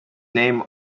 name